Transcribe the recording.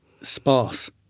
sparse